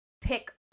pick